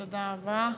תודה רבה.